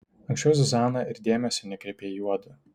anksčiau zuzana ir dėmesio nekreipė į juodu